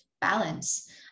balance